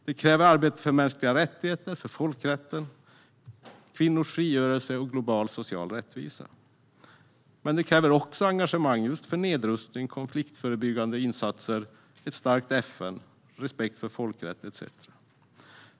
Det kräver arbete för mänskliga rättigheter och för folkrätten, för kvinnors frigörelse och för global social rättvisa. Men det kräver också engagemang för nedrustning, konfliktförebyggande insatser, ett starkt FN, respekt för folkrätten etcetera.